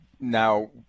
Now